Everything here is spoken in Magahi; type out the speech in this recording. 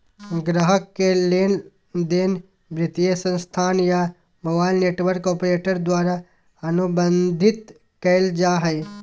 ग्राहक के लेनदेन वित्तीय संस्थान या मोबाइल नेटवर्क ऑपरेटर द्वारा अनुबंधित कइल जा हइ